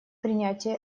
принятие